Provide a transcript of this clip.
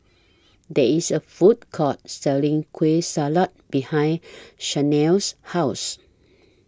There IS A Food Court Selling Kueh Salat behind Shanell's House